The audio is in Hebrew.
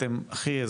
אתם הכי,